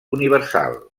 universal